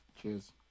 Cheers